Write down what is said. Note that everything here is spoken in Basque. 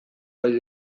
bai